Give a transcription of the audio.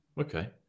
okay